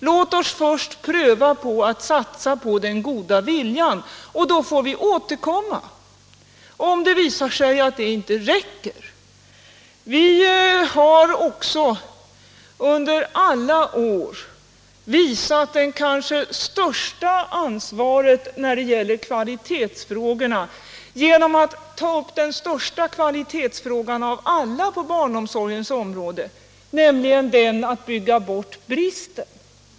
Låt oss då först pröva att satsa på den goda viljan. Sedan får vi återkomma, om det visar sig att det inte räcker. Under alla år har vi också visat kanske största ansvaret när det gäller kvalitetsfrågorna genom att ta upp den viktigaste kvalitetsfrågan av alla på barnomsorgens område, nämligen den att bygga bort bristen.